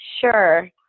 Sure